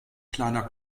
kleiner